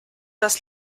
das